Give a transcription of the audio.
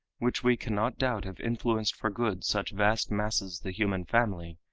which we cannot doubt have influenced for good such vast masses the human family,